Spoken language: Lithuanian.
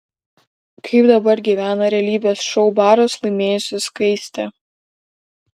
kaip dabar gyvena realybės šou baras laimėjusi skaistė